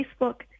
Facebook